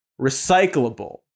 recyclable